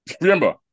Remember